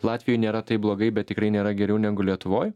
latvijoj nėra taip blogai bet tikrai nėra geriau negu lietuvoj